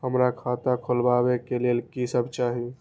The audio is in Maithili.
हमरा खाता खोलावे के लेल की सब चाही?